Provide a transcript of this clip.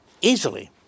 easily